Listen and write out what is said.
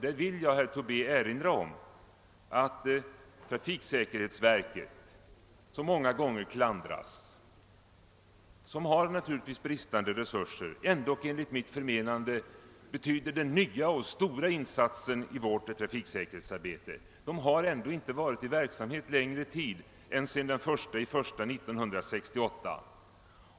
Jag vill, herr Tobé, framhålla att trafiksäkerhetsverket, som många gånger klandras och som naturligtvis har bristande resurser, enligt mitt förmenande är den nya och stora insatsen i vårt trafiksäkerhetsarbete. Verket har ändå inte varit i verksamhet under längre tid än sedan den 1 januari 1968.